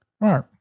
Right